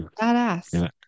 badass